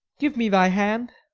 give me thy hand.